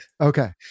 Okay